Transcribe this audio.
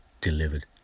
delivered